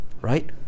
Right